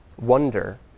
wonder